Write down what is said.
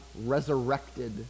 resurrected